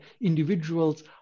individuals